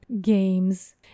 games